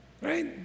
Right